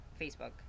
Facebook